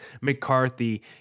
McCarthy